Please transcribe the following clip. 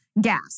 gas